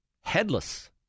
headless